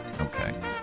Okay